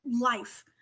life